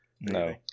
No